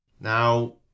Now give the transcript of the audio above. Now